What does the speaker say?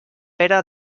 pere